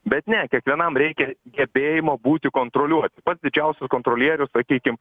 bet ne kiekvienam reikia gebėjimo būti kontroliuoti pats didžiausias kontrolierius sakykim